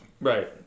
Right